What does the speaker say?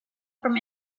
from